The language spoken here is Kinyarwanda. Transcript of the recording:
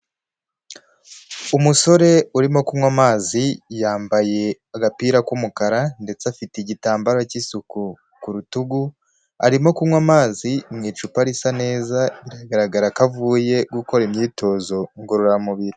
Umusore urimo kunywa amazi yambaye agapira k'umukara ndetse afite igitambaro cy'isuku ku rutugu, arimo kunywa amazi mu icupa risa neza biragaragara ko avuye gukora imyitozo ngororamubiri.